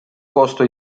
costo